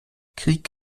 krieg